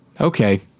okay